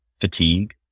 fatigue